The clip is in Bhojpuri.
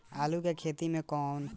आलू के खेत मे कौन किड़ा लागे ला?